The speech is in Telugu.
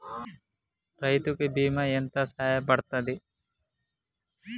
రైతు కి బీమా ఎంత సాయపడ్తది?